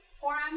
forum